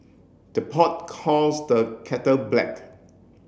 the pot calls the kettle black